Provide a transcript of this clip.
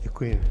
Děkuji.